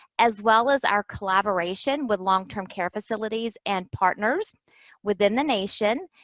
as well as our collaboration with long-term care facilities and partners within the nation,